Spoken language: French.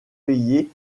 payer